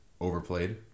overplayed